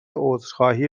عذرخواهی